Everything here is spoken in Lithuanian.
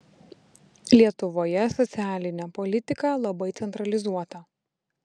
lietuvoje socialinė politika labai centralizuota